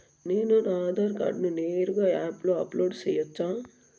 నేను నా ఆధార్ కార్డును నేరుగా యాప్ లో అప్లోడ్ సేయొచ్చా?